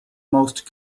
most